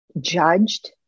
judged